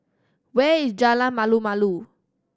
where is Jalan Malu Malu